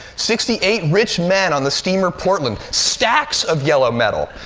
sixty-eight rich men on the steamer portland. stacks of yellow metal.